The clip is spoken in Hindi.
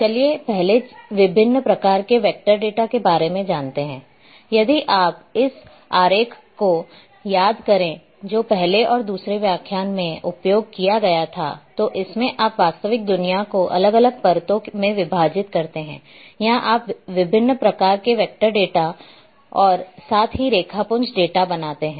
चलिए पहले विभिन्न प्रकार के वेक्टर डेटा के बारे में जानते हैं यदि आप इस आरेख को याद करें जो पहले और दूसरे व्याख्यान में उपयोग किया गया था तो इसमें आप वास्तविक दुनिया को अलग अलग परतों में विभाजित करते हैं या आप विभिन्न प्रकार के वेक्टर डेटा और साथ ही रेखापुंज डेटा बनाते हैं